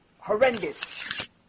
horrendous